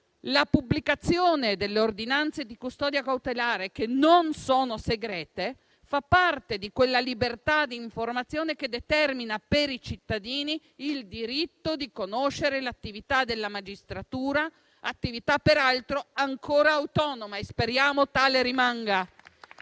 La pubblicazione delle ordinanze di custodia cautelare che non sono segrete fa parte di quella libertà di informazione che determina per i cittadini il diritto di conoscere l'attività della magistratura, attività peraltro ancora autonoma, e speriamo tale rimanga.